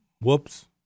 whoops